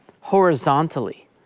horizontally